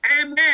amen